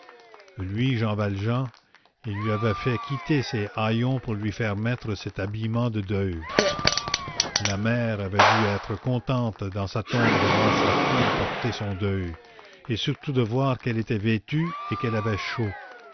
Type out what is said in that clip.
lui jean valjean il lui avait fait quitter ces haillons pour lui faire mettre cet habillement de deuil la mère avait dû être contente dans sa tombe de voir sa fille porter son deuil et surtout de voir qu'elle était vêtue et qu'elle avait chaud